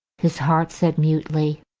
his heart said mutely,